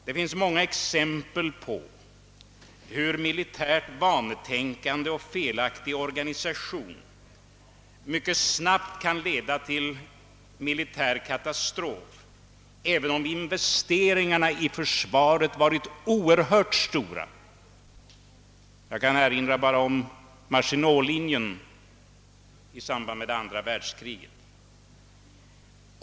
Det finns många exempel på hur militärt vanetänkande och felaktig organisation mycket snabbt kan leda till militär katastrof även om investeringarna i försvaret varit mycket stora. Jag kan som exempel nämna Maginot-linjen un der andra världskriget.